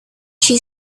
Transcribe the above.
she